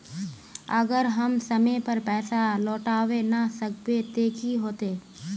अगर हम समय पर पैसा लौटावे ना सकबे ते की होते?